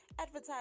Advertise